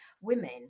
women